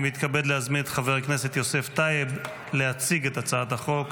אני מתכבד להזמין את חבר הכנסת יוסף טייב להציג את הצעת החוק.